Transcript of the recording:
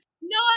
No